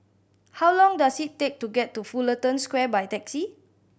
how long does it take to get to Fullerton Square by taxi